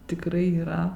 tikrai yra